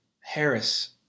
Harris